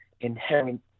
inherent